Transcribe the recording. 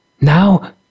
now